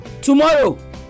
Tomorrow